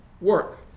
work